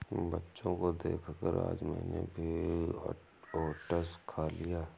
बच्चों को देखकर आज मैंने भी ओट्स खा लिया